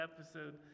episode